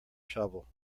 shovel